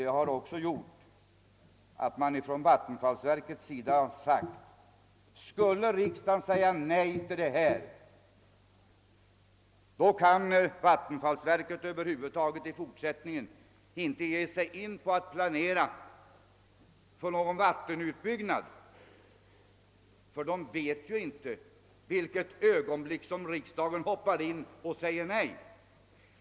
Detta har gjort att man från vattenfallsverkets sida säger att skulle riksdagen säga nej till detta, så kan Vattenfall i fortsättningen över huvud taget inte planera för någon vattenutbyggnad; man vet ju inte i vilket ögonblick riksdagen kan hoppa in och säga nej.